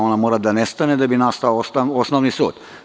Ona mora da nestane da bi nastao osnovni sud.